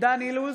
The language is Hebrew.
דן אילוז,